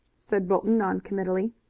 said bolton non-committally.